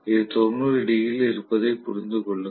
இது 90 டிகிரியில் இருப்பதை புரிந்து கொள்ளுங்கள்